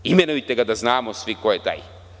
Imenujte ga, da znamo svi ko je taj.